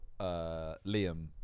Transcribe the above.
Liam